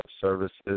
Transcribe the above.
services